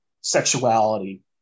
sexuality